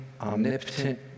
Omnipotent